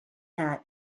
that